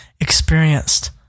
experienced